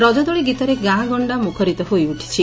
ରଜଦୋଳି ଗୀତରେ ଗାଁ ଗଣ୍ଡା ମୁଖରିତ ହୋଇଉଠିଛି